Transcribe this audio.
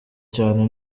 cyane